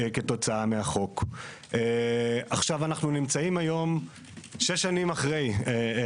במסגרת העתירה המשרדים להגנת הסביבה והכלכלה הציעו שקיים